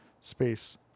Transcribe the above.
Space